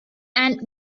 and